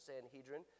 Sanhedrin